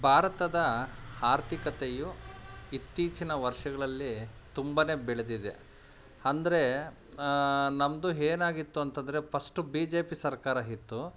ಭಾರತದ ಆರ್ಥಿಕತೆಯು ಇತ್ತೀಚಿನ ವರ್ಷಗಳಲ್ಲೀ ತುಂಬ ಬೆಳೆದಿದೆ ಅಂದ್ರೇ ನಮ್ಮದು ಏನಾಗಿತ್ತು ಅಂತಂದರೆ ಫಸ್ಟ್ ಬಿ ಜೆ ಪಿ ಸರ್ಕಾರ ಇತ್ತು